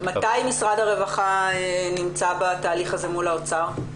מתי משרד הרווחה נמצא בתהליך הזה מול האוצר?